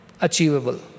achievable